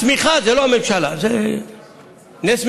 הצמיחה, זה לא הממשלה, זה נס.